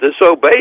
disobey